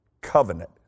covenant